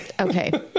Okay